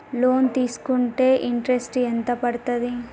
Loan తీస్కుంటే interest ఎంత పడ్తది?